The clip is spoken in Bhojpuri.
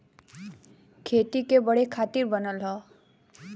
खेती के बढ़े खातिर बनल हौ